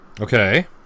Okay